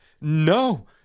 no